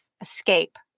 escape